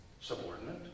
subordinate